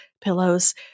pillows